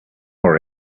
more